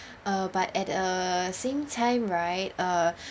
uh but at the same time right uh